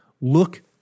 Look